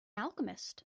alchemist